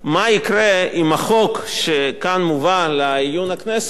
החוק שכאן מובא לעיון הכנסת לא יעבור.